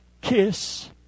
kiss